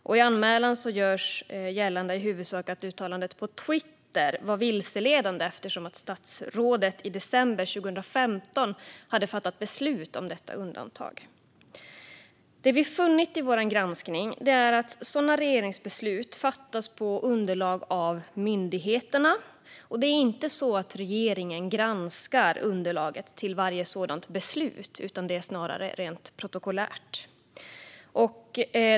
I anmälan görs gällande i huvudsak att uttalandet på Twitter var vilseledande, eftersom statsrådet i december 2015 hade fattat beslut om detta undantag. Det vi funnit i vår granskning är att sådana regeringsbeslut fattas på grundval av underlag från myndigheterna. Det är inte så att regeringen granskar underlaget till varje sådant beslut, utan detta är snarare något rent protokollärt.